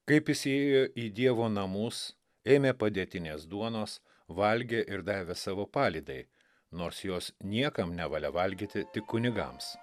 kaip jis įėjo į dievo namus ėmė padėtinės duonos valgė ir davė savo palydai nors jos niekam nevalia valgyti tik kunigams